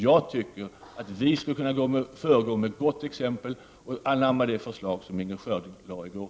Jag tycker att vi skulle kunna föregå med gott exempel och anamma det förslag som Inger Schörling framlade i går.